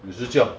也是这样